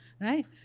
right